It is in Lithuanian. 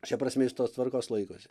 šia prasme jis tos tvarkos laikosi